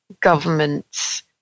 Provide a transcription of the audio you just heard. governments